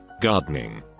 gardening